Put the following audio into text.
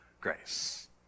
grace